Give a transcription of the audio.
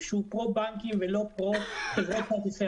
שהוא פרו בנקים ולא פרו חברות כרטיסי